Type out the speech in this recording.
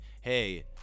hey